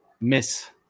Miss